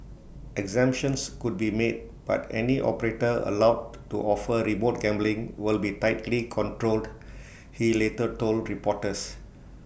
exemptions could be made but any operator allowed to offer remote gambling will be tightly controlled he later told reporters